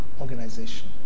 organization